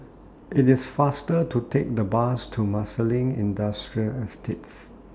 IT IS faster to Take The Bus to Marsiling Industrial Estates